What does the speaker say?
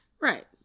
right